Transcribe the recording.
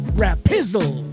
rapizzle